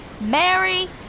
Mary